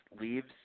leaves